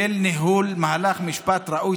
לניהול מהלך משפט ראוי,